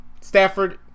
Stafford